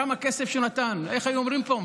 כמה כסף שנתן, איך היו אומרים פה?